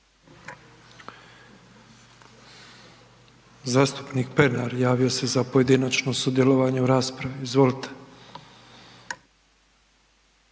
Zastupnik Pernar javio se za pojedinačno sudjelovanje u raspravi, izvolite.